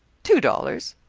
two dollars.